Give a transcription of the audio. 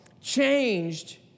changed